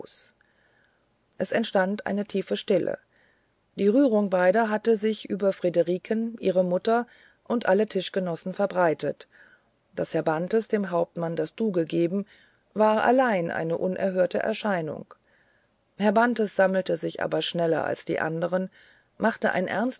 es entstand eine tiefe stille die rührung beider hatte sich über friederike ihre mutter und alle tischgenossen verbreitet daß herr bantes dem hauptmann das du gegeben war allein eine unerhörte erscheinung herr bantes sammelte sich aber schneller als die anderen machte ein